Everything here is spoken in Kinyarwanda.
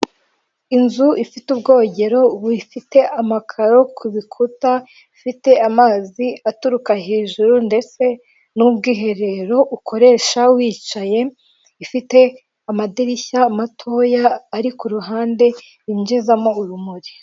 Inzu ifite ubwogero bufite amakaro ku bikuta ifite amazi aturuka hejuru, ndetse n'ubwiherero ukoresha wicaye, ifite amadirishya matoya ari ku ruhande yijizamo urumuri.